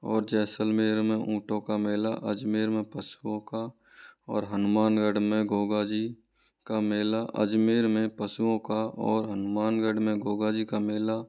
और जैसलमेर में ऊंटो का मेला अजमेर में पशुओं का और हनुमानगढ़ में गोगा जी का मेला अजमेर में पशुओं का और हनुमानगढ़ में गोगा जी का मेला